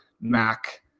Mac